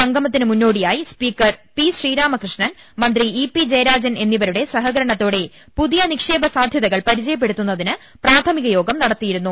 സംഗമത്തിന് മുന്നോടിയായി speaker P Sreeramakrishnan മന്ത്രി ഇ പി ജയരാജൻ എന്നിവരുടെ സഹകരണത്തോടെ പുതിയ നിക്ഷേപ സാധ്യതകൾ പരിചയപ്പെടുത്തുന്നതിന് പ്രാഥമിക യോഗം നടത്തിയിരുന്നു